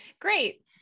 Great